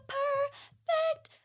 perfect